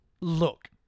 Look